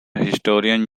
historian